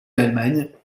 l’allemagne